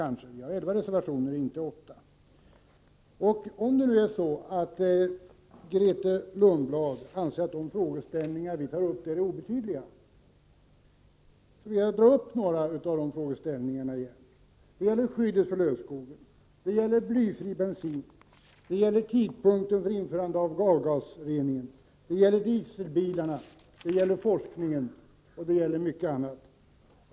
Men Grethe Lundblad har kanske inte haft tid att läsa dem alla. Om det nu är så att Grethe Lundblad anser att de frågeställningar vi tar upp är obetydliga, vill jag nämna att de t.ex. gäller skyddet för lövskogen, blyfri bensin, tidpunkten för införande av avgasrening, dieselbilarna, forskningen och mycket annat.